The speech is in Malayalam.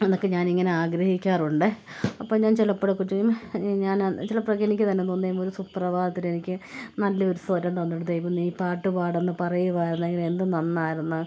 അന്നൊക്കെ ഞാനിങ്ങനെ ആഗ്രഹിക്കാറുണ്ടേ അപ്പം ഞാൻ ചിലപ്പോഴൊക്കെ ചോദിക്കും ഞാൻ ആ ചിലപ്പോഴൊക്കെ എനിക്ക് തന്നെ തോന്നുകയും ഒരു സുപ്രഭാതത്തിൽ എനിക്ക് നല്ലൊരു സ്വരം തന്നുകൂടെ ദൈവം നീ പാട്ട് പാടെന്ന് പറയുകയായിരുന്നെങ്കിൽ എന്ത് നന്നായിരുന്നു